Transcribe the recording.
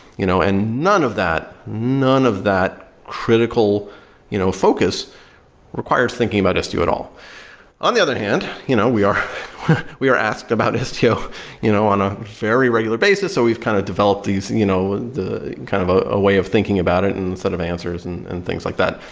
you know and none of that, none of that critical you know focus requires thinking about istio at all on the other hand, you know we are we are asked about istio you know on a very regular basis, so we've kind of developed these you know and a kind of ah ah way of thinking about it and set of answers and and things like that,